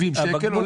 70 שקלים.